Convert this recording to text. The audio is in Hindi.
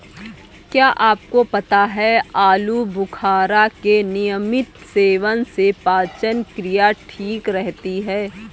क्या आपको पता है आलूबुखारा के नियमित सेवन से पाचन क्रिया ठीक रहती है?